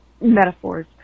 metaphors